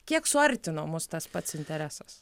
kiek suartino mus tas pats interesas